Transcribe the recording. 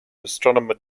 astronomer